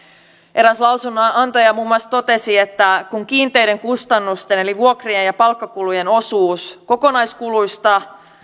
eräs lausunnonantaja muun muassa totesi että kun kiinteiden kustannusten eli vuokrien ja ja palkkakulujen osuus kokonaiskuluista